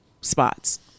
spots